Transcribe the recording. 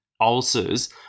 ulcers